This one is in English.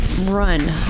run